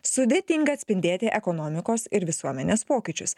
sudėtinga atspindėti ekonomikos ir visuomenės pokyčius